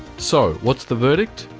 so, what's the verdict?